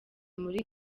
muri